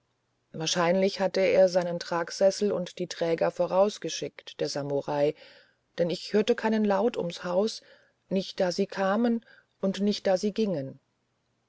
wahrscheinlich hatte er seine tragsessel und die träger vorausgeschickt der samurai denn ich hörte keinen laut ums haus nicht da sie kamen und nicht da sie gingen